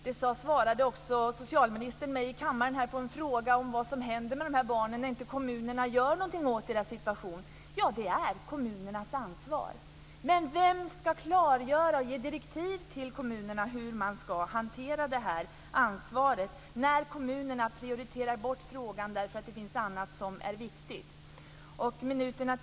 Det svarade också socialministern mig här i kammaren på en fråga om vad som händer med de här barnen när kommunen inte gör något åt deras situation: Det är kommunernas ansvar. Men vem ska klargöra och ge direktiv till kommunerna hur man ska hantera det här ansvaret när kommunerna prioriterar bort frågan därför att det finns annat som är viktigt?